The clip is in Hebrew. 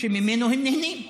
שממנו הם נהנים.